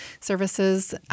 services